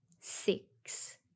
six